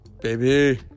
baby